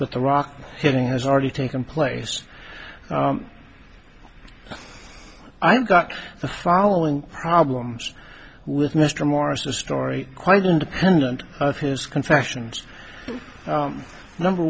the rock hitting has already taken place i've got the following problems with mr morris a story quite independent of his confessions number